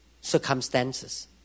circumstances